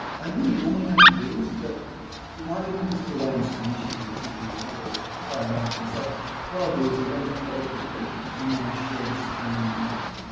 wouldn't normally have to do this but it might be because of the way i'm screen sharing it's not gonna really play along here so what i'll do is i'll go into edit mode and then i'll share this screen with you